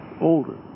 older